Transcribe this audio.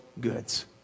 goods